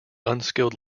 unskilled